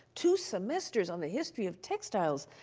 two semesters on the history of textiles.